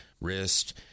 wrist